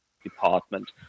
Department